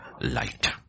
light